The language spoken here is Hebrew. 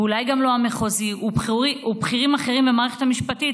ואולי גם לא המחוזי ובכירים אחרים במערכת המשפטית,